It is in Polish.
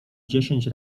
dziesięć